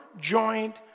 joint